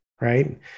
right